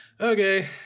Okay